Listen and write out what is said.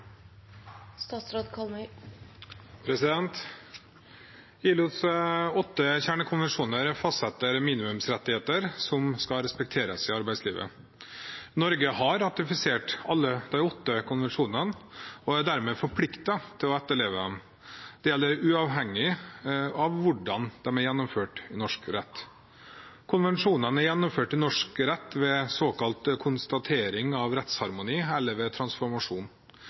ILOs åtte kjernekonvensjoner fastsetter minimumsrettigheter som skal respekteres i arbeidslivet. Norge har ratifisert alle de åtte konvensjonene og er dermed forpliktet til å etterleve dem. Det gjelder uavhengig av hvordan de er gjennomført i norsk rett. Konvensjonene er gjennomført i norsk rett ved såkalt konstatering av rettsharmoni eller ved transformasjon.